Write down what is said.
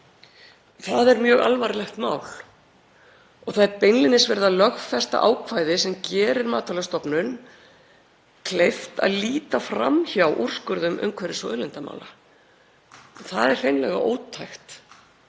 Það er mjög alvarlegt mál og það er beinlínis verið að lögfesta ákvæði sem gerir Matvælastofnun kleift að líta fram hjá úrskurðum umhverfis- og auðlindamála. Það er hreinlega ótækt